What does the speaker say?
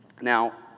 Now